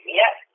yes